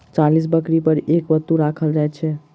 चालीस बकरी पर एक बत्तू राखल जाइत छै